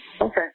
Okay